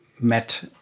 met